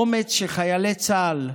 אומץ שחיילי צה"ל,